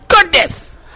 goodness